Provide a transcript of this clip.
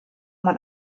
man